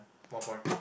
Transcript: one point